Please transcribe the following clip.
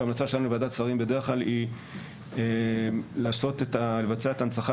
וההמלצה שלנו לוועדת שרים בדרך כלל היא לבצע את ההנצחה